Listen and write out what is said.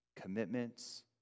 commitments